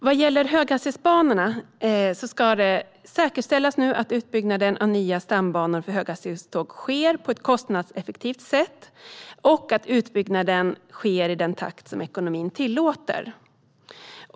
Vad gäller höghastighetsbanorna ska det säkerställas att utbyggnaden av nya stambanor för höghastighetståg sker på ett kostnadseffektivt sätt och att utbyggnaden sker i den takt som ekonomin tillåter.